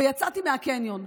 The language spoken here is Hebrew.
ויצאתי מהקניון.